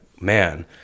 Man